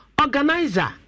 Organizer